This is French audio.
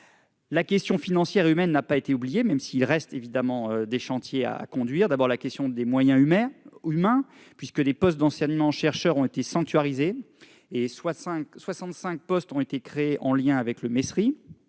La question financière et humaine n'a pas été oubliée, même s'il reste évidemment des chantiers à conduire. S'agissant d'abord de la question des moyens humains, les postes d'enseignant-chercheur ont été sanctuarisés et 65 postes ont été créés en lien avec le ministère